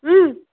ହୁଁ